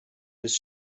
his